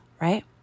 right